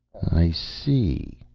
i see,